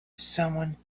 someone